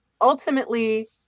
ultimately